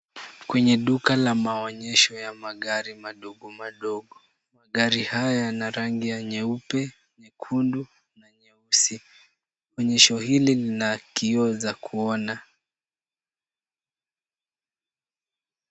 Kwenye duka la maonyesho ya magari madogo madogo. Magari haya yana rangi ya nyeupe, nyekundu na nyeusi. Onyesho hili lina kioo za kuona.